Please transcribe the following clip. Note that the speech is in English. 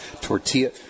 tortilla